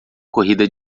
corrida